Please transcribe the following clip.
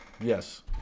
yes